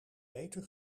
meter